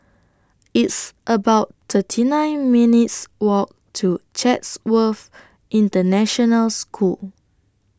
It's about thirty nine minutes Walk to Chatsworth International School